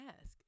ask